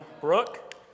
Brooke